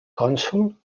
cònsol